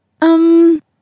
Um